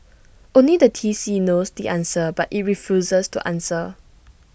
only the T C knows the answer but IT refuses to answer